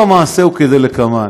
(הרחבת ההגדרה נכס המשמש למגורי נכה),